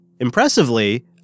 impressively